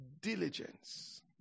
diligence